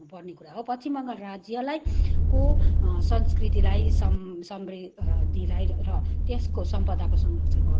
भन्नुपर्ने कुरा हो पश्चिम बङ्गाल राज्यलाई को संस्कृतिलाई सम समृद्धिलाई र त्यसको सम्पदाको संरक्षण गर्नु